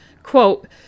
Quote